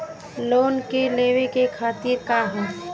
Loan के लेवे क तरीका का ह?